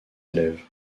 élèves